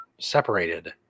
separated